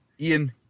Ian